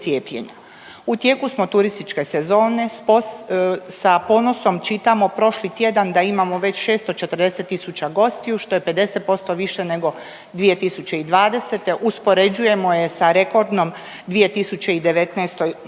U tijeku smo turističke sezone, sa ponosom čitamo prošli tjedan da imamo već 640.000 gostiju, što je 50% više nego 2020., uspoređujemo je sa rekordnom 2019.g..